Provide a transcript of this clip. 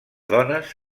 dones